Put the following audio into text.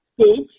stage